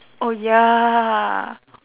oh ya